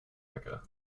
mecca